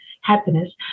happiness